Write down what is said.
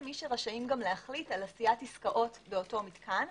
מי שרשאים להחליט על עשיית עסקאות באותו מתקן.